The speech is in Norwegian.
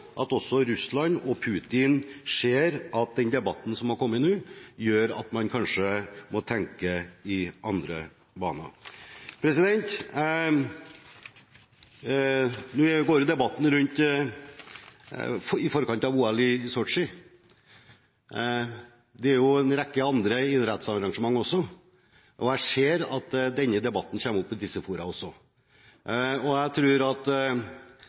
at også Russland og Putin ser at debatten som har kommet nå, gjør at man kanskje må tenke i andre baner. Nå går debatten i forkant av OL i Sotsji, men det er jo en rekke andre idrettsarrangementer også, og jeg ser at denne debatten kommer opp også i disse fora. Jeg tror at